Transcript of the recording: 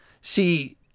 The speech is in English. See